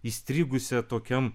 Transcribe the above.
įstrigusią tokiam